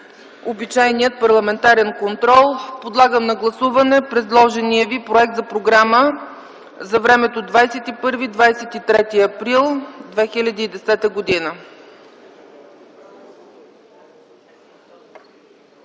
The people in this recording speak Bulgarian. съвет. 17. Парламентарен контрол. Подлагам на гласуване предложения Ви проект за Програма за времето 21-23 април 2010 г.